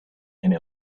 and